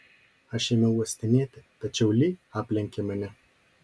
aš ėmiau uostinėti tačiau li aplenkė mane